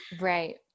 Right